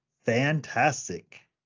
fantastic